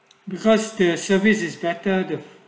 because their service is better though